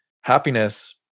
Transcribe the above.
happiness